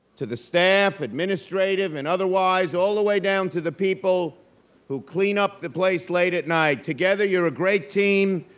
to the staff, administrative, and otherwise, all the way down to the people who clean up the place late at night. together, you're a great team,